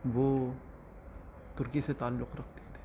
وہ ترکی سے تعلق رکھتے تھے